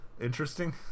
interesting